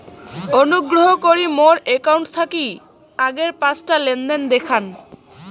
অনুগ্রহ করি মোর অ্যাকাউন্ট থাকি আগের পাঁচটা লেনদেন দেখান